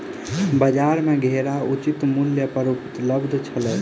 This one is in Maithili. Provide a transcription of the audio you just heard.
बजार में घेरा उचित मूल्य पर उपलब्ध छल